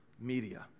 media